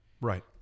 Right